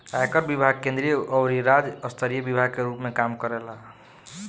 आयकर विभाग केंद्रीय अउरी राज्य स्तरीय विभाग के रूप में काम करेला